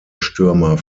stürmer